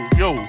yo